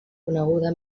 coneguda